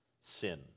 sin